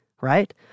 right